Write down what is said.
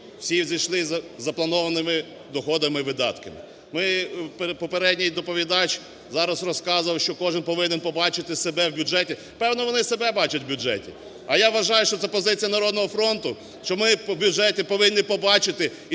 всі зайшли з запланованими доходами і видатками. Ми… попередній доповідач зараз розказував, що кожен повинен побачити себе в бюджеті. Певно, вони себе бачать в бюджеті. А я вважаю, що це позиція "Народного фронту", що ми в бюджеті повинні побачити і